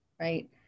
right